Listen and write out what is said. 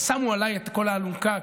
שמו עליי את כל האלונקה,